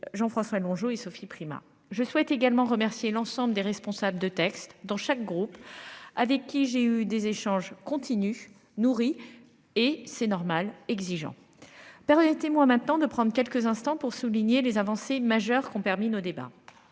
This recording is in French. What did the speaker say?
Jean-François Longeot et Sophie Primas. Je souhaite également remercier l'ensemble des responsables de textes dans chaque groupe avec qui j'ai eu des échanges continue nourri et c'est normal. Exigeant. Permettez-moi maintenant de prendre quelques instants pour souligner les avancées majeures qui ont permis nos débats.